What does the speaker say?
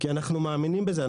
אנחנו מאמינים בזה.